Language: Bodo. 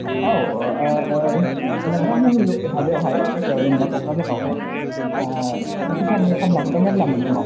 औ नोंथांमोननि माबायावहाय जायगायाव जेनेबा क'क्राझाराव भुटाननि खमलाखौथ' मेल्ला मोनोना